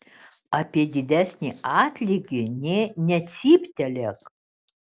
apie didesnį atlygį nė necyptelėk